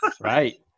Right